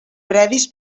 previs